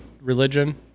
religion